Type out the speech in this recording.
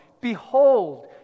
Behold